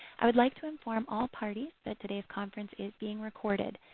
i would like to inform all parties that today's conference is being recorded.